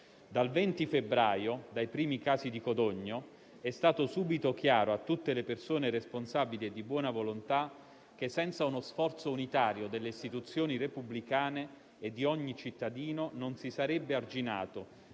Dal 20 febbraio, dai primi casi di Codogno, è stato subito chiaro a tutte le persone responsabili e di buona volontà che, senza uno sforzo unitario delle istituzioni repubblicane e di ogni cittadino, non si sarebbe arginato,